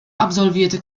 absolvierte